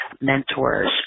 mentors